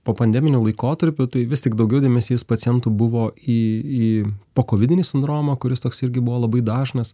po pandeminiu laikotarpiu tai vis tik daugiau dėmesys pacientų buvo į į pokovidinį sindromą kuris toks irgi buvo labai dažnas